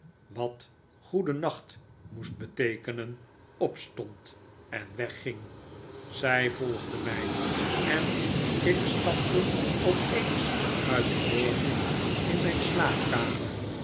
wat goedennacht moest beteekenen opstond en weg ging zij volgden mij en ik stapte op eens uit de loge in mijn slaapkamer